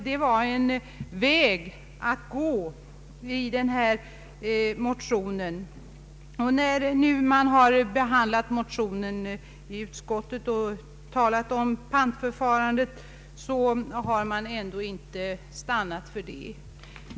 Jag ansåg att förslagen i motionerna utgjorde en framkomlig väg. Utskottsmajoriteten har dock icke ansett sig kunna tillstyrka motionärernas förslag.